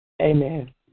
Amen